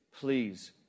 please